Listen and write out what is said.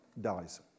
dies